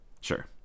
Sure